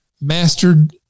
mastered